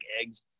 eggs